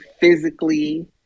physically